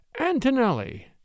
Antonelli